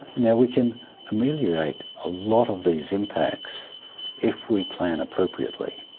you know we can ameliorate a lot of these impacts if we plan appropriately.